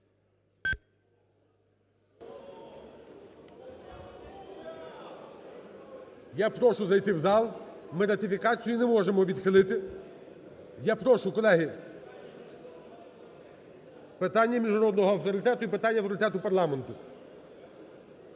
Я прошу зайти в зал, ми ратифікацію не можемо відхилити. Я прошу, колеги! Питання міжнародного авторитету і питання авторитету парламенту.